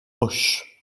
auch